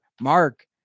Mark